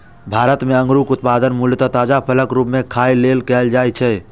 भारत मे अंगूरक उत्पादन मूलतः ताजा फलक रूप मे खाय लेल कैल जाइ छै